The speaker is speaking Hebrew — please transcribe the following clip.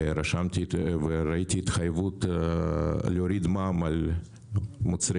וראיתי התחייבות להוריד את המע"מ על מוצרי